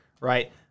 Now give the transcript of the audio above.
right